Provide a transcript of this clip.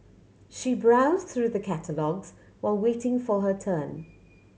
she browsed through the catalogues while waiting for her turn